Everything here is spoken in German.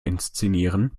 inszenieren